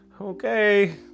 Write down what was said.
okay